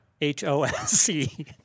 H-O-S-C